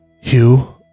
Hugh